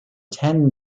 ten